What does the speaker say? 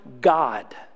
God